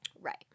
Right